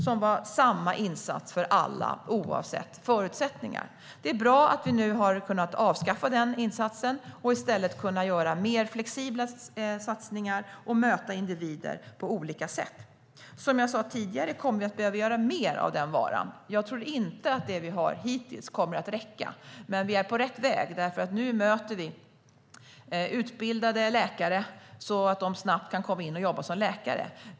Det var samma insats för alla oavsett förutsättningar. Det är bra att vi nu har kunnat avskaffa denna insats och i stället kan göra mer flexibla satsningar och möta individer på olika sätt. Som jag sa tidigare kommer vi att behöva mer av den varan. Jag tror inte att det som vi har gjort hittills kommer att räcka, men vi är på rätt väg. Nu möter vi nämligen utbildade läkare så att de snabbt kan komma in och jobba som läkare.